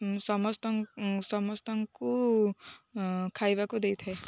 ସମସ୍ତ ସମସ୍ତଙ୍କୁ ଖାଇବାକୁ ଦେଇଥାଏ